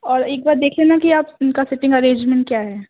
اور ایک بار دیکھ لینا کہ آپ ان کا سینٹنگ اریجمنٹ کیا ہے